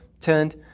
turned